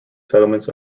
settlements